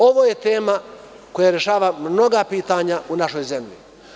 Ovo je tema koja rešava mnoga pitanja u našoj zemlji.